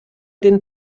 den